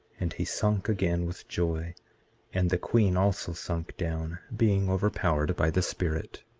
and he sunk again with joy and the queen also sunk down, being overpowered by the spirit.